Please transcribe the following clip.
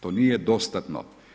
To nije dostatno.